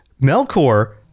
melkor